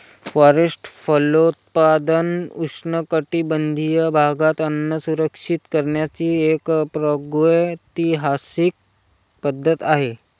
forest फलोत्पादन उष्णकटिबंधीय भागात अन्न सुरक्षित करण्याची एक प्रागैतिहासिक पद्धत आहे